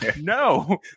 No